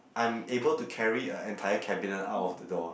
I'm able to carry a entire cabinet out of the door